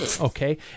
Okay